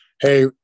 Hey